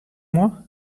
moi